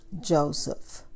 Joseph